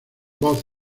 voz